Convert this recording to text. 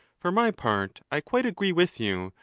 for my part, i quite agree with you,